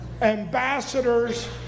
Ambassadors